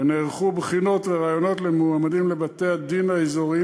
ונערכו בחינות וראיונות למועמדים לבתי-הדין האזוריים